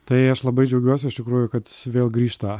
tai aš labai džiaugiuosi iš tikrųjų kad vėl grįžta